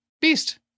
Beast